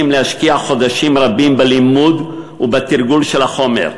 להשקיע חודשים רבים בלימוד ובתרגול של החומר.